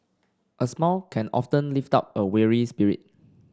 a smile can often lift up a weary spirit